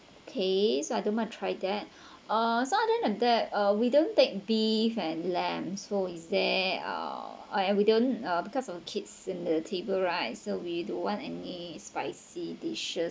K so I don't mind to try that uh so other than that uh we don't take beef and lamb so is there uh and we don't uh because of the kids in the table right so we don't want any spicy dishes